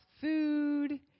food